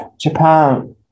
Japan